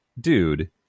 dude